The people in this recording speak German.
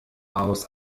aus